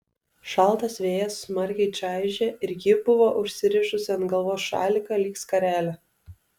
šaltas vėjas smarkiai čaižė ir ji buvo užsirišusi ant galvos šaliką lyg skarelę